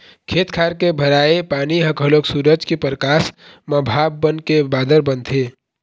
खेत खार के भराए पानी ह घलोक सूरज के परकास म भाप बनके बादर बनथे